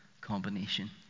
combination